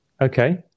Okay